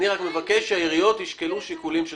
אני רק מבקש שהעיריות ישקלו שיקולים של